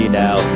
now